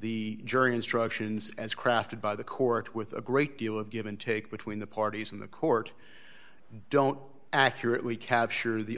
the jury instructions as crafted by the court with a great deal of give and take between the parties in the court don't accurately capture the